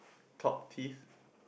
top teeth